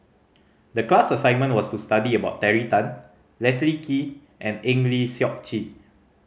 the class assignment was to study about Terry Tan Leslie Kee and Eng Lee Seok Chee